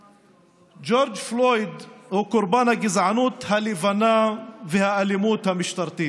ג'ורג' פלויד הוא קורבן הגזענות הלבנה והאלימות המשטרתית.